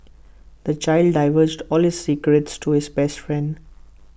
the child divulged all this secrets to his best friend